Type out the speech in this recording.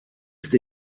ist